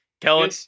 Kellen